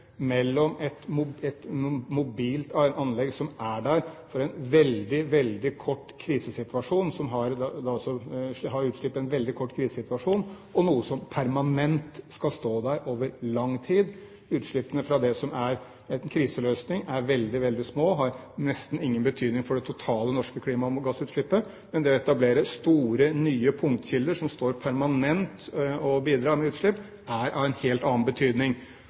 mellom et mobilt anlegg som er der for en veldig, veldig kort krisesituasjon, som har utslipp i tilknytning til en veldig kort krisesituasjon, og noe som skal stå der permanent, over lang tid. Utslippene fra det som er en kriseløsning, er veldig, veldig små og har nesten ingen betydning for det totale norske klimagassutslippet, men det å etablere store, nye punktkilder, som står permanent og bidrar med utslipp, er av en helt annen betydning.